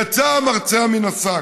יצא המרצע מן השק,